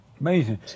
Amazing